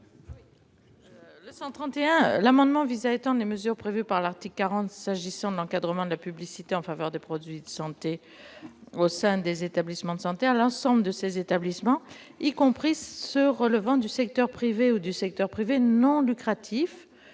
amendement vise à étendre les mesures prévues par l'article 40 s'agissant de l'encadrement de la publicité en faveur des produits de santé au sein des établissements de santé à l'ensemble de ces établissements, y compris ceux qui relèvent du secteur privé ou du secteur privé non lucratif.